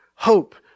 Hope